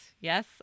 Yes